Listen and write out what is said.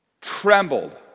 Trembled